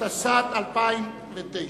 התשס"ט 2009,